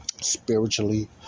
spiritually